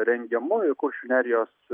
rengiamu ir kuršių nerijos